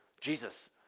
Jesus